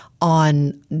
on